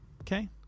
Okay